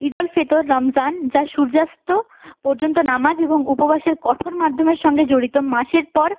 ইদলফিতর রমজান যা সূর্যাস্ত পর্যন্ত নামাজ এবং উপবাসের কঠোর মাধ্যমের সঙ্গে জড়িত মাসের পর